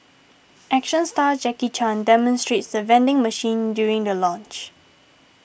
action star Jackie Chan demonstrates the vending machine during the launch